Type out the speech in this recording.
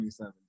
2017